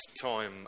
time